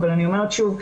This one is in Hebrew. אבל אני אומרת שוב,